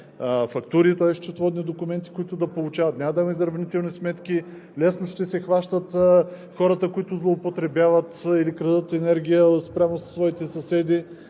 фактури, тоест счетоводни документи, които да получават. Няма да има изравнителни сметки. Лесно ще се хващат хората, които злоупотребяват или крадат енергия спрямо своите съседи